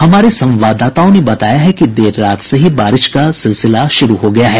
हमारे संवाददाताओं ने बताया है कि देर रात से ही बारिश का सिलसिला जारी है